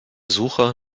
suche